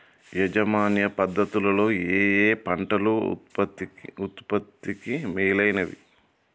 యాజమాన్య పద్ధతు లలో ఏయే పంటలు ఉత్పత్తికి మేలైనవి?